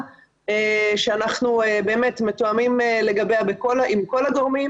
שאנחנו מתואמים לגביה עם כל הגורמים,